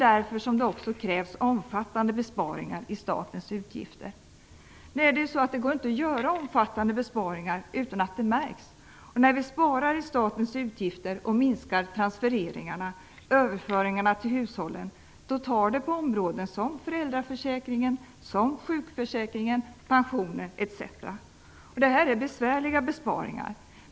Därför krävs det också omfattande besparingar i statens utgifter. Det går inte att göra omfattande besparingar utan att det märks. När vi sparar i statens utgifter och minskar transfereringarna, överföringarna, till hushållen drabbar det områden som föräldraförsäkringen, sjukförsäkringen, pensionerna etc. Detta är besvärliga besparingar.